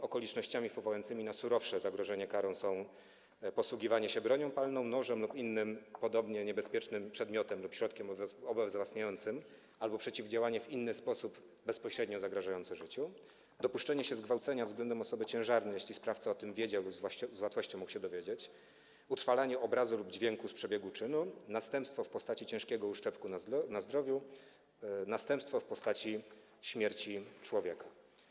Okolicznościami wpływającymi na surowsze zagrożenie karą są: posługiwanie się bronią palną, nożem lub innym podobnie niebezpiecznym przedmiotem lub środkiem obezwładniającym albo działanie w inny sposób bezpośrednio zagrażający życiu; dopuszczenie się zgwałcenia względem kobiety ciężarnej, jeśli sprawca o tym wiedział lub z łatwością mógł się dowiedzieć; utrwalenie obrazu lub dźwięku z przebiegu czynu; następstwo w postaci ciężkiego uszczerbku na zdrowiu i następstwo w postaci śmierci człowieka.